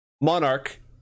Monarch